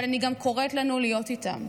אבל אני גם קוראת לנו להיות איתם.